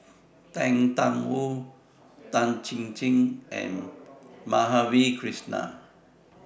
Tang DA Wu Tan Chin Chin and Madhavi Krishnan